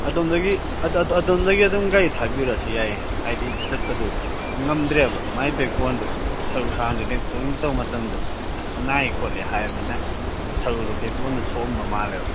ꯑꯗꯣꯝꯗꯒꯤ ꯑꯗꯣꯝꯗꯒꯤ ꯑꯗꯨꯝ ꯒꯥꯔꯤ ꯊꯕꯤꯔꯛꯑꯁꯨ ꯌꯥꯏꯌꯦ ꯍꯥꯏꯗꯤ ꯆꯠꯄꯗꯣ ꯉꯝꯗ꯭ꯔꯦꯕ ꯃꯥꯏ ꯕꯦꯛ ꯕꯣꯟꯗꯣ ꯁꯔꯨ ꯁꯔꯥꯡꯗꯣ ꯂꯦꯡꯊꯣꯛ ꯂꯦꯡꯁꯤꯟ ꯇꯧꯕ ꯃꯇꯝꯗ ꯅꯥꯏꯌꯦ ꯈꯣꯠꯂꯦ ꯍꯥꯏꯕꯅꯤꯅ ꯁꯔꯨꯗꯣ ꯕꯦꯛ ꯕꯣꯟꯗꯣ ꯁꯣꯛꯑꯝꯗꯧ ꯃꯥꯜꯂꯦꯕ